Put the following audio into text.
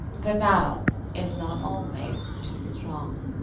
the battle is not always to the strong.